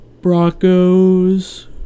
Broncos